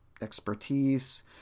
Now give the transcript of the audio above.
expertise